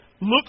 look